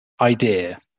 idea